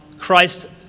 Christ